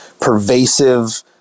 pervasive